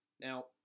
Now